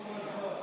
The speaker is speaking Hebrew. נעבור להצבעה.